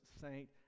saint